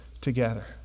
together